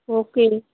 okay